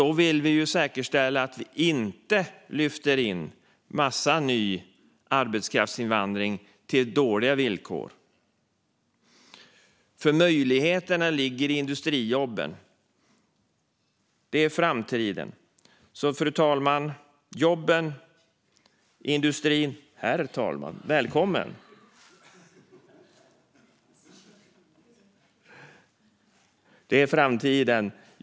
Vi vill säkerställa att vi inte lyfter in en massa ny arbetskraftsinvandring till dåliga villkor, för möjligheterna ligger i industrijobben. Det är framtiden. Herr talman! Jobben och industrin är framtiden.